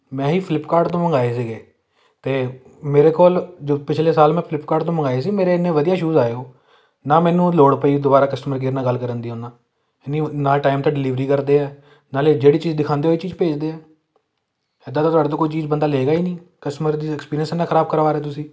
ਮੈਂ ਜੀ ਫਲਿੱਪਕਾਰਟ ਤੋਂ ਮੰਗਵਾਏ ਸੀਗੇ ਅਤੇ ਮੇਰੇ ਕੋਲ ਜੋ ਪਿਛਲੇ ਸਾਲ ਮੈਂ ਫਲਿੱਪਕਾਰਟ ਤੋਂ ਮੰਗਵਾਏ ਸੀ ਮੇਰੇ ਐਨੇ ਵਧੀਆ ਸ਼ੂਜ ਆਏ ਉਹ ਨਾ ਮੈਨੂੰ ਲੋੜ ਪਈ ਦੁਬਾਰਾ ਕਸਟਮਰ ਕੇਅਰ ਨਾਲ ਗੱਲ ਕਰਨ ਦੀ ਉਹਨਾਂ ਨਹੀਂ ਉਹ ਨਾਲ ਟਾਈਮ 'ਤੇ ਡਿਲੀਵਰੀ ਕਰਦੇ ਆ ਨਾਲੇ ਜਿਹੜੀ ਚੀਜ਼ ਦਿਖਾਉਂਦੇ ਉਹੀ ਚੀਜ਼ ਭੇਜਦੇ ਹੈ ਐਦਾਂ ਤਾਂ ਤੁਹਾਡੇ ਤੋਂ ਕੋਈ ਚੀਜ਼ ਬੰਦਾ ਲਏਗਾ ਹੀ ਨਹੀਂ ਕਸਟਮਰ ਦਾ ਐਕਸਪੀਰੀਅੰਸ ਐਨਾ ਖਰਾਬ ਕਰਵਾ ਰਹੇ ਤੁਸੀਂ